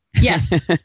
Yes